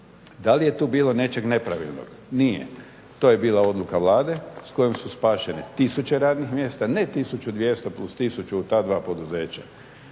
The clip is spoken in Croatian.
Da li je tu bilo nečeg nepravilnog? Nije. To je bila odluka Vlade s kojom su spašene tisuće radnih mjesta, ne 1200 plus 1000 u ta dva poduzeća